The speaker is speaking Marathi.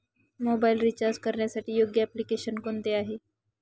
मोबाईल रिचार्ज करण्यासाठी योग्य एप्लिकेशन कोणते आहे?